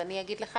אז אני אגיד לך,